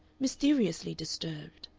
mysteriously disturbed.